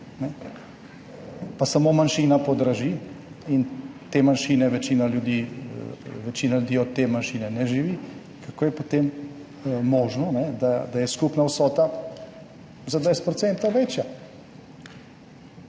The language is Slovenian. samo manjšina podraži in večina ljudi od te manjšine ne živi, kako je potem možno, da je skupna vsota za 20 % večja.